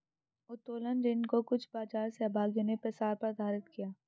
उत्तोलन ऋण को कुछ बाजार सहभागियों ने प्रसार पर आधारित किया